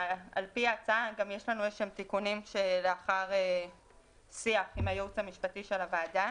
לנו איזשהם תיקונים לאחר שיח עם הייעוץ המשפטי של הוועדה